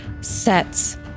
sets